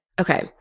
Okay